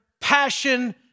passion